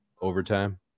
Overtime